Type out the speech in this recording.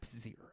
Zero